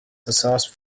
sauce